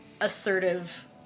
assertive